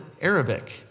Arabic